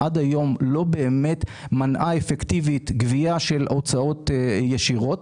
אבל היא לא באמת מנעה אפקטיבית גבייה של הוצאות ישירות,